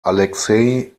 alexei